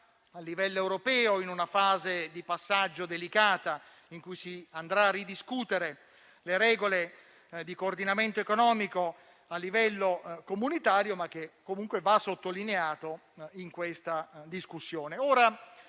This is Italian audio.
a livello europeo in una fase di passaggio delicata, in cui si andrà a ridiscutere le regole di coordinamento economico a livello comunitario, ma che comunque va sottolineato in questa discussione.